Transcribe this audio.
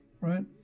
right